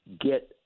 get